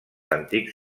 antics